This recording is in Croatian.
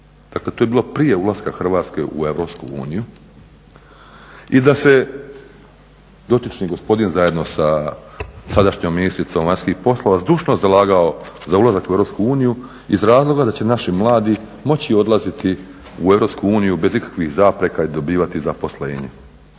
dakle to je bilo prije ulaska Hrvatske u Europsku uniju, i da se dotični gospodin zajedno sa sadašnjom ministricom vanjskih poslova zdušno zalagao za ulazak u Europske uniju iz razloga da će naši mladi moći odlaziti u Europsku uniju bez ikakvih zapreka i dobivati zaposlenje.